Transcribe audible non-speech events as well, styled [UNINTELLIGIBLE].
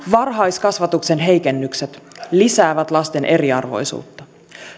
[UNINTELLIGIBLE] varhaiskasvatuksen heikennykset lisäävät lasten eriarvoisuutta